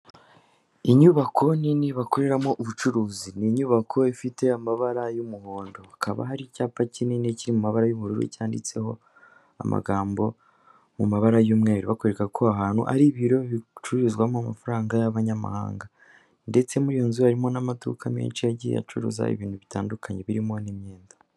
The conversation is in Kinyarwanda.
Inyubako nini bakoreramo ubucuruzi. Ni inyubako ifite amabara y'umuhondo. Hakaba hari icyapa kinini kiri mu mabara y'ubururu cyanditseho amagambo mu mabara y'umweru. Bakwereka ko ahantu ari ibiro bicururizwamo amafaranga y'abanyamahanga. Ndetse muri iyo nzu harimo n'amaduka menshi agiye acuruza ibintu bitandukanye birimo n'imyenda.